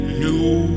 new